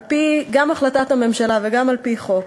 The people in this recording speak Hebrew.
גם על-פי החלטת הממשלה וגם על-פי חוק,